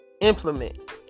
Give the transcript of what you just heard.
implement